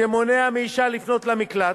שמונע מאשה לפנות למקלט,